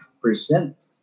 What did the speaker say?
percent